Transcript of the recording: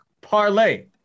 Parlay